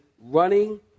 running